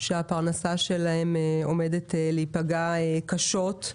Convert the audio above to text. שהפרנסה שלהן עומדת להיפגע קשות.